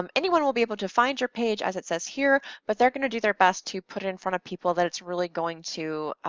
um anyone will be able to find your page, as it says here, but they're gonna do their best to put it in front of people that it's really going to,